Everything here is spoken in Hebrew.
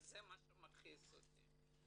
וזה מה שמכעיס אותי.